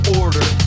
order